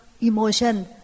emotion